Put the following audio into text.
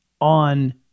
On